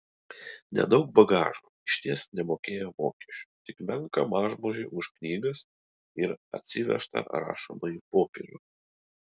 nedaug bagažo išties nemokėjo mokesčių tik menką mažmožį už knygas ir atsivežtą rašomąjį popierių